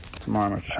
tomorrow